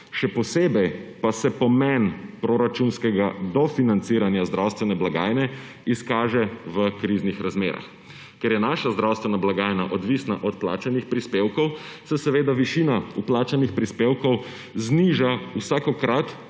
Še posebej pa se pomen proračunskega dofinanciranja zdravstvene blagajne izkaže v kriznih razmerah. Ker je naša zdravstvena blagajna odvisna od plačanih prispevkov, se seveda višina vplačanih prispevkov zniža vsakokrat,